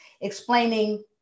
explaining